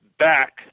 back